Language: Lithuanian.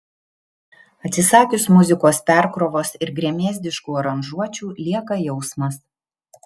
atsisakius muzikos perkrovos ir gremėzdiškų aranžuočių lieka jausmas